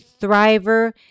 thriver